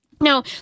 Now